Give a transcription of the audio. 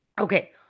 Okay